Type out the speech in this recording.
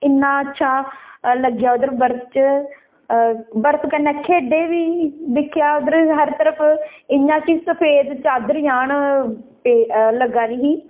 इ'न्ना अच्छा लग्गेआ उद्धर बर्फ च बर्फ कन्नै खेढे बी दिक्खेआ उद्धर हर तरफ इ'यां कि सफेद चादर जान पेदी लग्गा दी ही